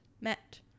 met